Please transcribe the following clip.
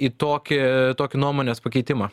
į tokį tokį nuomonės pakeitimą